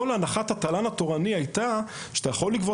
כל הנחת התל"ן התורני היתה שאתה יכול לגבות